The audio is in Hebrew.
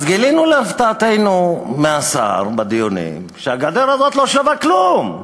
אז גילינו להפתעתנו מהשר בדיונים שהגדר הזאת לא שווה כלום.